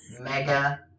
Mega